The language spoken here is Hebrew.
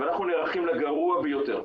אבל אנחנו נערכים לגרוע ביותר.